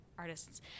artists